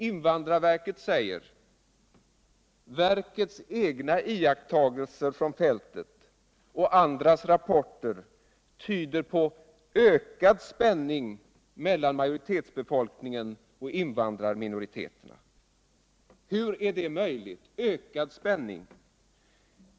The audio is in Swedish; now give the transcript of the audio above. Invandrarverket säger: ”Verkets egna iakttagelser från fältet och andras rapporter tyder på en ökad spänning mellan majoritetsbefolkningen och invandrarminoriteterna.” Hur är det möjligt — en ökad spänning?